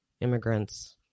immigrants